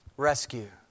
Rescue